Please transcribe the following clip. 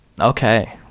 okay